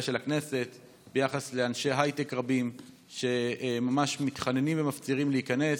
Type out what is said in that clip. של הכנסת על אנשי הייטק רבים שממש מתחננים ומפצירים להיכנס.